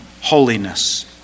holiness